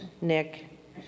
Nick